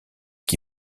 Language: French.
qui